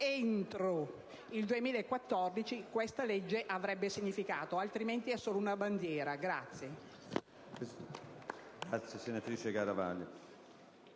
entro il 2014 questa legge ha significato, altrimenti è solo una bandiera.